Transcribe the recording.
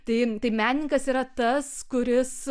tai tai menininkas yra tas kuris